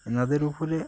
এনাদের ওপরে